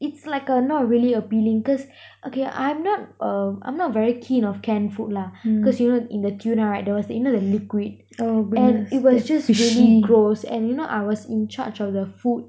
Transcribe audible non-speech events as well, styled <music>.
it's like uh not really appealing cause <breath> okay I'm not a I'm not very keen of canned food lah because you know in the tuna right there was you know the liquid and it was just really gross and you know I was in charge of the food